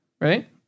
right